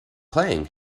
playing